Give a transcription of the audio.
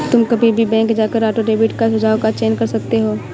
तुम कभी भी बैंक जाकर ऑटो डेबिट का सुझाव का चयन कर सकते हो